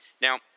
Now